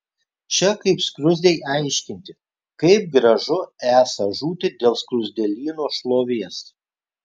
čia kaip skruzdei aiškinti kaip gražu esą žūti dėl skruzdėlyno šlovės